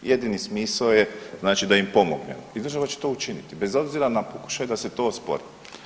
Jedini smisao je znači da im pomognemo i država će to učiniti bez obzira na pokušaj da se to ospori.